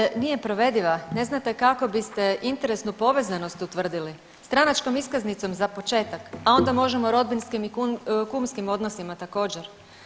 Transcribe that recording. Kažete nije provediva, ne znate kako biste interesnu povezanost utvrdili, stranačkom iskaznicom za početak, a onda možemo rodbinskim i kumskim odnosima također.